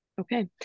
Okay